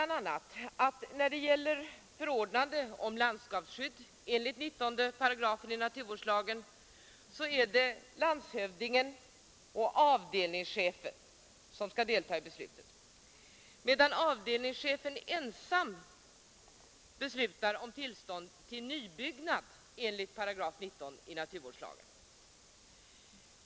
När det gäller förordnande om landskapsskydd enligt 19 § naturvårdslagen är det landshövdingen och avdelningschefen som skall fatta beslutet, medan avdelningschefen ensam beslutar om tillstånd till nybyggnad enligt 19 § naturvårdslagen.